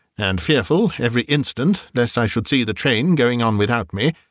and fearful every instant lest i should see the train going on without me,